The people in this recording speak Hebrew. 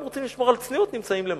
אם רוצים לשמור על צניעות, נמצאים למעלה,